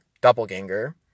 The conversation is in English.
doppelganger